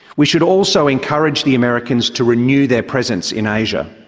we should also encourage the americans to renew their presence in asia.